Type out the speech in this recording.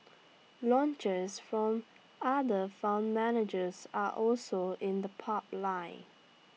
launches from other fund managers are also in the pup line